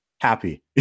happy